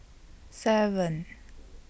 seven